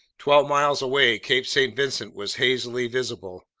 twelve miles away, cape st. vincent was hazily visible,